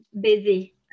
busy